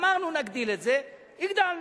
אמרנו: נגדיל את זה, הגדלנו.